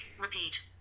Repeat